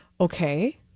Okay